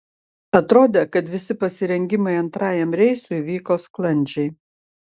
atrodė kad visi pasirengimai antrajam reisui vyko sklandžiai